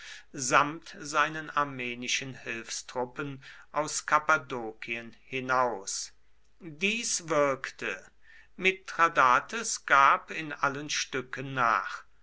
samt seinen armenischen hilfstruppen aus kappadokien hinaus dies wirkte mithradates gab in allen stücken nach